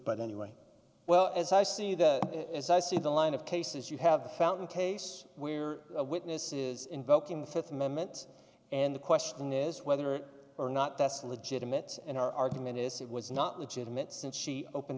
but anyway well as i see that as i see the line of cases you have the fountain case where witnesses invoking the th amendment and the question is whether or not that's legitimate and our argument is it was not legitimate since she open